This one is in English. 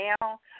now